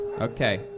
Okay